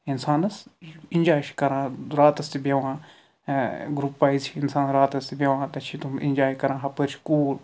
اِنسانَس اِینٛجاے چھُ کَران راتَس تہِ بیٚہوان گرٛوٗپ وایِز اِنسان راتَس تہِ بیٚہوان تَتہِ چھِ تِم اِیٚنٛجاے کَران ہُپٲرۍ چھِ کوٗل